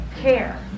care